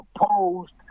opposed